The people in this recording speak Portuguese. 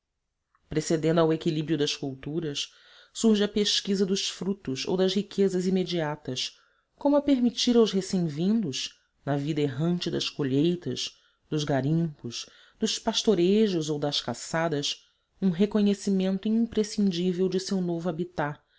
precedendo ao equilíbrio das culturas surge a pesquisa dos frutos ou das riquezas imediatas como a permitir aos recém vindos na vida errante das colheitas dos garimpos dos pastoreios ou das caçadas um reconhecimento imprescindível do seu novo habitat